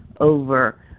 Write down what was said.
over